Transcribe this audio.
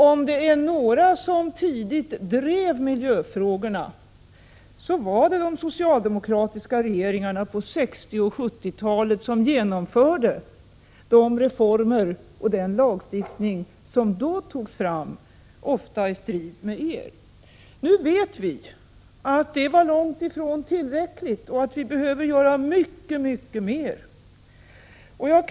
Om det var några som tidigt drev miljöfrågorna så var det de socialdemokratiska regeringarna på 1960 och 1970-talen, som genomförde reformer och lagstiftning, ofta i strid med er. Nu vet vi att det var långtifrån tillräckligt och att vi behöver göra mycket, mycket mer.